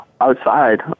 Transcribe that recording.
outside